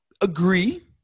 agree